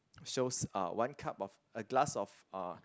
shows uh one cup of a glass of uh